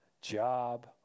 job